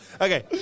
Okay